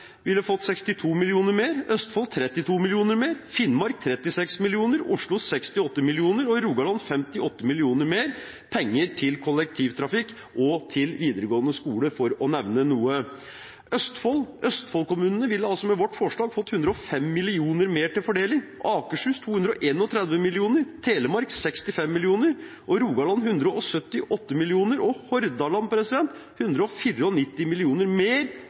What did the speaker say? ville fått 62 mill. kr mer, Østfold 32 mill. kr mer, Finnmark 36 mill. kr, Oslo 68 mill. kr, og Rogaland 58 mill. kr mer – penger til kollektivtrafikk og til videregående skole, for å nevne noe. Østfold-kommunene ville altså med vårt forslag fått 105 mill. kr mer til fordeling, Akershus 231 mill. kr, Telemark 65 mill. kr, Rogaland 178 mill. kr og Hordaland 194 mill. kr mer